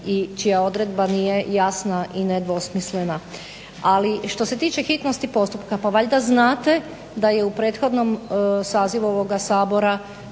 i čija odredba nije jasna i nedvosmislena. Ali što se tiče hitnosti postupka pa valjda znate da je u prethodnom sazivu ovoga Sabora